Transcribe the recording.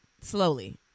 Slowly